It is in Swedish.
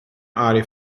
arg